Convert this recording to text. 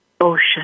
ocean